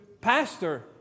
pastor